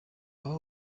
aha